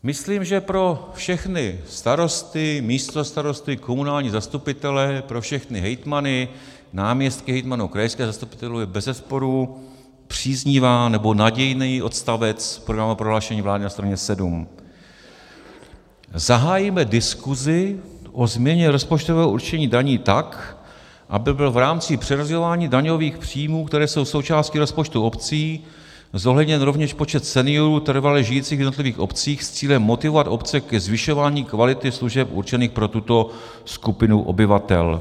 Myslím, že pro všechny starosty, místostarosty, komunální zastupitele, pro všechny hejtmany, náměstky hejtmanů, krajské zastupitele je bezesporu příznivý nebo nadějný odstavec programového prohlášení vlády na straně 7: Zahájíme diskusi o změně rozpočtového určení daní tak, aby byl v rámci přerozdělování daňových příjmů, které jsou součástí rozpočtu obcí, zohledněn rovněž počet seniorů trvale žijících v jednotlivých obcích, s cílem motivovat obce ke zvyšování kvality služeb určených pro tuto skupinu obyvatel.